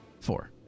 Four